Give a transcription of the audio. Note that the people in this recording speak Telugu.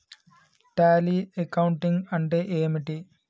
టాలీ అకౌంటింగ్ అంటే ఏమిటి?